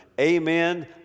Amen